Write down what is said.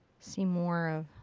see more of.